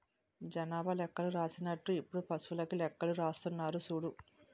జనాభా లెక్కలు రాసినట్టు ఇప్పుడు పశువులకీ లెక్కలు రాస్తున్నారు సూడు